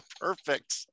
perfect